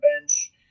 bench